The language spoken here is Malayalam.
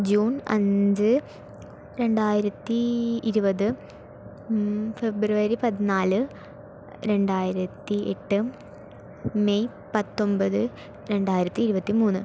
ജൂൺ അഞ്ച് രണ്ടായിരത്തി ഇരുപത് ഫെബ്രുവരി പതിനാല് രണ്ടായിരത്തി എട്ട് മെയ് പത്തൊമ്പത് രണ്ടായിരത്തി ഇരുപത്തി മൂന്ന്